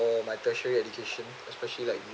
my tertiary education especially like